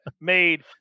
made